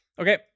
Okay